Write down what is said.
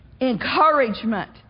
encouragement